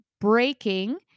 breaking